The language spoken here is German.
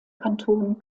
kanton